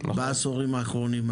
בעשורים האחרונים,